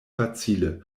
facile